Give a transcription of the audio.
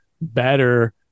better